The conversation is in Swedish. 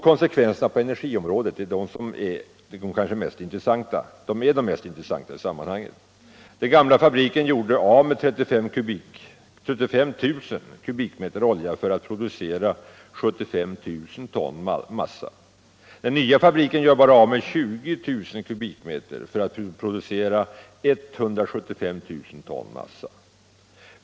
Konsekvenserna på energiområdet är de mest talande. Den gamla fabriken gjorde av med 35 000 kubikmeter olja för att producera 75 000 ton massa. Den nya fabriken gör bara av med 20000 kubikmeter för att producera 175 000 ton massa.